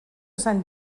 sant